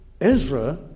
Ezra